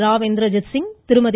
Rao Inderjit Singh Thirumathi